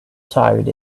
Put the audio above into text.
tired